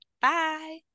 Bye